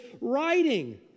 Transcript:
writing